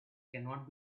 cannot